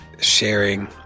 sharing